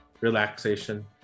relaxation